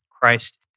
Christ